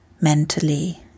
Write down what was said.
mentally